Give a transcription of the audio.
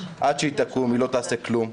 עד שהיא תקום לא תעשה כלום,